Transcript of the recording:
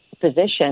position